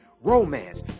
romance